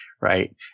right